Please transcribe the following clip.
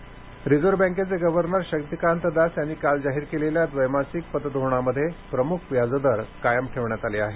पुतधोरण reserve बँकेचे governor Shaktikanta Das यांनी काल जाहीर केलेल्या द्वैमासिक पतधोरणामध्ये प्रमुख व्याजदर कायम ठेवण्यात आले आहेत